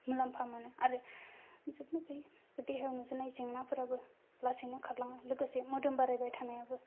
मुलामफा मोनो आरो जोबनो गैयै देहायाव नुजानाय जेंनाफोराबो लासैनो खारलाङो लोगोसे मोदोम बारायबाय थानायाबो